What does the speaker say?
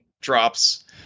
drops